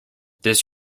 this